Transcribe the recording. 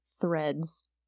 threads